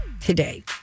today